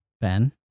Ben